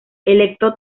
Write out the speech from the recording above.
electo